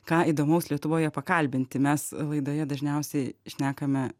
ką įdomaus lietuvoje pakalbinti mes laidoje dažniausiai šnekame